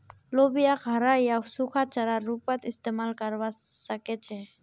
लोबियाक हरा या सूखा चारार रूपत इस्तमाल करवा सके छे